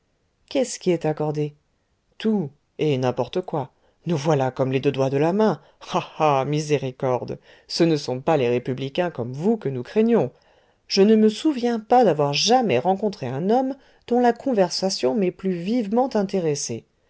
qu'est-ce qui est accordé tout et n'importe quoi nous voilà comme les deux doigts de la main ah ah miséricorde ce ne sont pas les républicains comme vous que nous craignons je ne me souviens pas d'avoir jamais rencontré un homme dont la conversation m'ait plus vivement intéressé